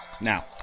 Now